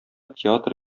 театр